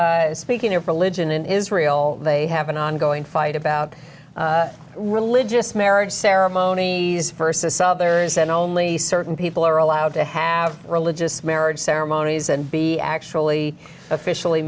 so speaking of religion in israel they have an ongoing fight about religious marriage ceremony versus others and only certain people are allowed to have religious marriage ceremonies and be actually officially